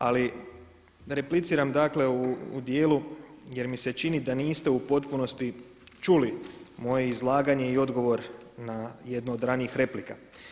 Ali repliciram dakle u dijelu jer mi se čini da niste u potpunosti čuli moje izlaganje i odgovor na jednu od ranijih replika.